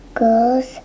girls